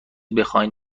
بخواین